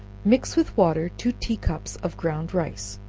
mix with water two tea-cups of ground rice,